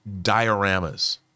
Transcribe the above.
Dioramas